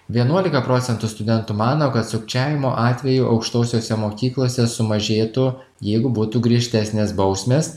vienuolika procentų studentų mano kad sukčiavimo atvejų aukštosiose mokyklose sumažėtų jeigu būtų griežtesnės bausmės